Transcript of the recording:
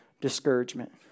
discouragement